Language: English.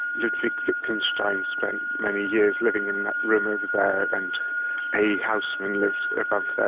ludwig wittgenstein spent many years living in that room over there, and ae housman lived above there.